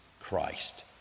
Christ